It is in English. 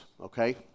okay